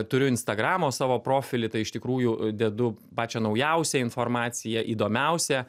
turiu instagramo savo profilį tai iš tikrųjų dedu pačią naujausią informaciją įdomiausią